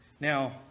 Now